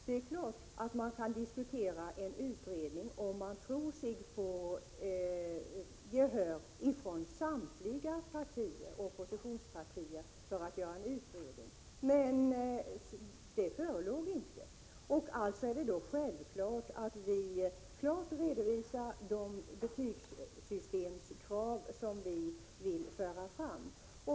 Det är klart att man kan diskutera en utredning, om man tror sig få gehör från samtliga oppositionspartier för att göra en sådan, men den situationen förelåg inte. Självfallet redovisar vi då klart de betygssystemskrav som vi vill föra fram.